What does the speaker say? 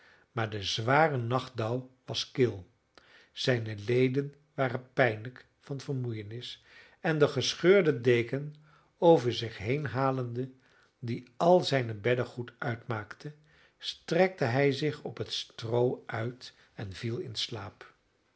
maar de zware nachtdauw was kil zijn leden waren pijnlijk van vermoeienis en de gescheurde deken over zich heen halende die al zijn beddegoed uitmaakte strekte hij zich op het stroo uit en viel in slaap